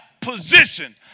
position